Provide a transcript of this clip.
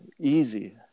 easy